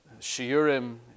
shiurim